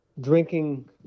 drinking